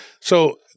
So-